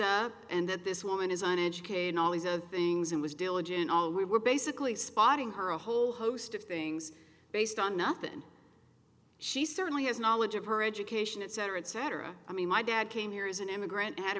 up and that this woman is on education all these other things and was diligent all we were basically spotting her a whole host of things based on nothing she certainly has knowledge of her education et cetera et cetera i mean my dad came here is an immigrant had a